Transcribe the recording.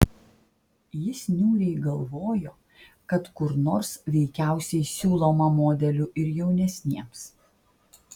jis niūriai galvojo kad kur nors veikiausiai siūloma modelių ir jaunesniems